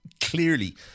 clearly